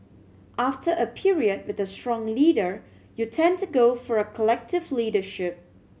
after a period with a strong leader you tend to go for a collective leadership